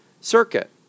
circuit